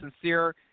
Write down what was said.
sincere